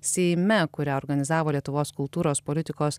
seime kurią organizavo lietuvos kultūros politikos